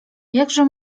jakże